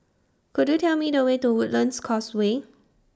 Could YOU Tell Me The Way to Woodlands Causeway